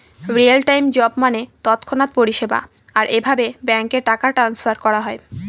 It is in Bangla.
রিয়েল টাইম জব মানে তৎক্ষণাৎ পরিষেবা, আর এভাবে ব্যাঙ্কে টাকা ট্রান্সফার করা হয়